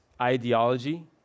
ideology